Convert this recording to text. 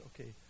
okay